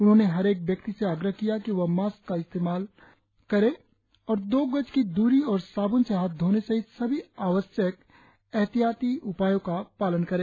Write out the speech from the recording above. उन्होंने हरेक व्यक्ति से आग्रह किया कि वह मास्क का इस्तेमाल दो गज की दूरी और साब्न से हाथ धोने सहित सभी आवश्यक एहतियाती उपायों का पालन करें